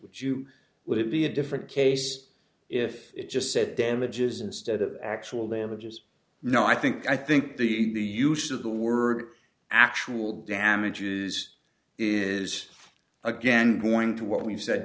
which you would it be a different case if it just said damages instead of actual damages no i think i think the use of the word actual damages is again going to what we've said